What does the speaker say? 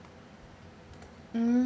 mm